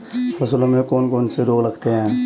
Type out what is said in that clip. फसलों में कौन कौन से रोग लगते हैं?